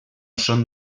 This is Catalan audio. són